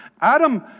Adam